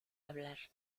hablar